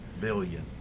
billion